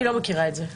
אני לא מכירה את זה.